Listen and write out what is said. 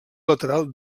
lateral